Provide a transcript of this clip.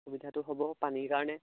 সুবিধাটো হ'ব পানীৰ কাৰণে